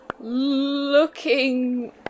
looking